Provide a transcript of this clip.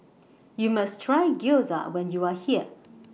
YOU must Try Gyoza when YOU Are here